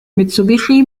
mitsubishi